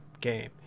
game